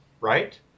right